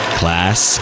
class